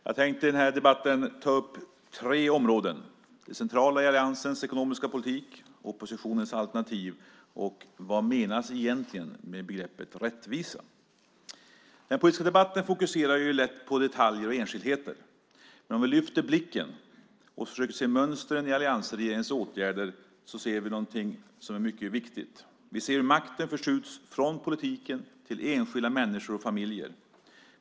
Fru talman! Jag tänkte ta upp tre områden i dagens debatt: det centrala i alliansens ekonomiska politik, oppositionens alternativ och vad som egentligen menas med begreppet rättvisa. Den politiska debatten fokuserar lätt på detaljer och enskildheter. Men lyfter vi blicken och försöker se mönstren i alliansregeringens åtgärder ser vi något som är mycket viktigt. Vi ser hur makten förskjuts från politiken till enskilda människor och familjer.